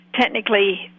technically